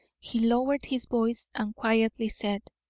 he lowered his voice and quietly said